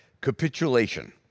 Capitulation